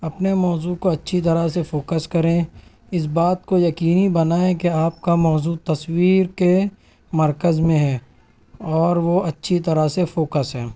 اپنے موضوع کو اچھی طرح سے فوکس کریں اس بات کو یقینی بنائیں کہ آپ کا موضوع تصویر کے مرکز میں ہے اور وہ اچھی طرح سے فوکس ہے